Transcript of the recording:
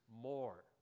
more